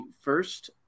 first